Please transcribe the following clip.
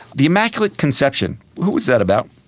the immaculate conception, who was that about?